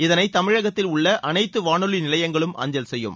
இதனை தமிழகத்தில் உள்ள அனைத்து வானொலி நிலையங்களும் அஞ்சல் செய்யும்